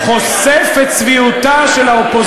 חושף את צביעותה, חושף את צביעותה של האופוזיציה.